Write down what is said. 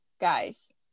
guys